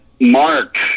Mark